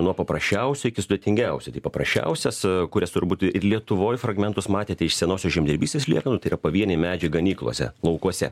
nuo paprasčiausių iki sudėtingiausių tai paprasčiausias kurias turbūt ir lietuvoj fragmentus matėte iš senosios žemdirbystės liekanų tai yra pavieniai medžiai ganyklose laukuose